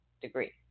degree